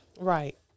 Right